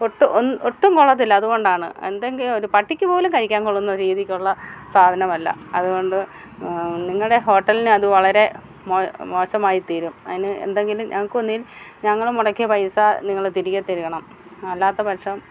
ഒട്ടും ഒട്ടും കൊള്ളത്തില്ല അതുകൊണ്ടാണ് എന്തെങ്കിലും ഒരു പട്ടിക്ക് പോലും കഴിക്കാൻ കൊള്ളുന്ന രീതിക്കുള്ള സാധനം അല്ല അതുകൊണ്ട് നിങ്ങളുടെ ഹോട്ടലിനെ അത് വളരെ മോശമായി തീരും അതിന് എന്തെങ്കിലും ഞങ്ങൾക്ക് ഒന്നുകിൽ ഞങ്ങൾ മുടക്കിയ പൈസ നിങ്ങൾ തിരികെ തരണം അല്ലാത്ത പക്ഷം